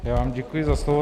Já vám děkuji za slovo.